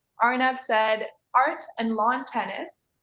arnav said art and lawn tennis.